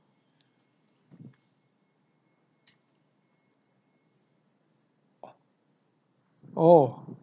oh